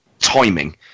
timing